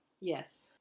Yes